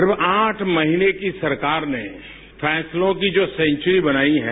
सिर्फ आठ महीने की सरकार ने पैसलों की जो सैन्यूरी बनाई है